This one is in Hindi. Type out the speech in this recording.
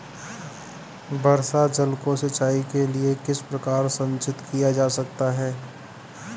वर्षा जल को सिंचाई के लिए किस प्रकार संचित किया जा सकता है?